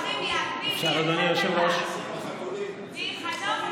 תרים יד, מי, אדוני היושב-ראש, אפשר?